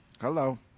Hello